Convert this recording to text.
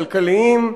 כלכליים.